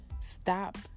Stop